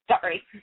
Sorry